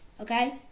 Okay